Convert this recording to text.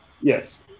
yes